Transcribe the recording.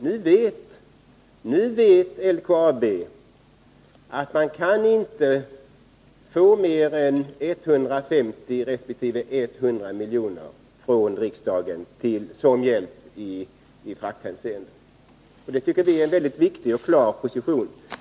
Nu vet LKAB att man inte kan få mer än 150 resp. 100 miljoner från riksdagen till hjälp i frakthänseende. Det tycker vi är en viktig och klar position.